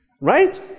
Right